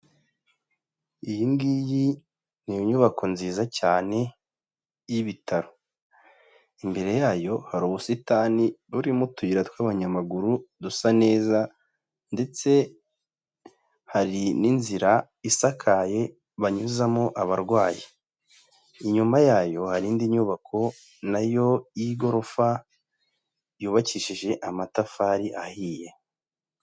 Iyi ngiyi ni inyubako nziza cyane y'ibitaro imbere yayo hari ubusitani buririmo utuyira tw'abanyamaguru dusa neza ndetse hari n'inzira isakaye banyuzamo abarwayi, inyuma yayo hari indi nyubako nayo y'igorofa yubakishije amatafari ahiye.